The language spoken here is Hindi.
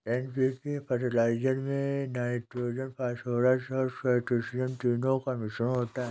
एन.पी.के फर्टिलाइजर में नाइट्रोजन, फॉस्फोरस और पौटेशियम तीनों का मिश्रण होता है